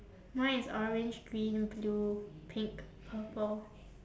mine is orange green blue pink purple